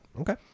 Okay